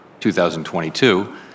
2022